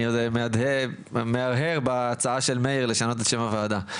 אני עוד מהרהר בהצעה של מאיר לשנות את שם הוועדה.